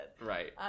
Right